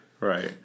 Right